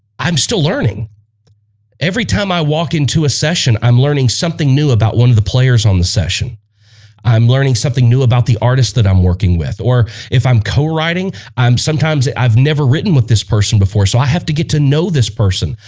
i'm still learning every time i walk into a session, i'm learning something new about one of the players on the session i'm learning something new about the artist that i'm working with or if i'm co-writing i'm sometimes i've never written with this person before so i have to get to know this person.